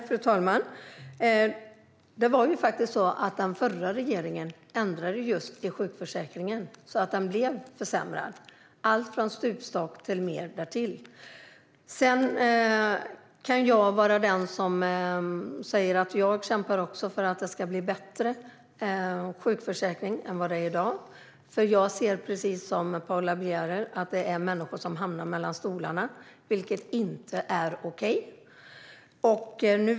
Fru talman! Den förra regeringen ändrade ju i sjukförsäkringen så att den blev försämrad. Det infördes en stupstock och mer därtill. När det gäller att det ska bli en bättre sjukförsäkring än i dag kämpar jag, precis som Paula Bieler, för att människor inte ska hamna mellan stolarna, vilket inte är okej.